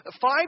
Five